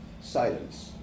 Silence